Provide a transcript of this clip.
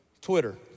Twitter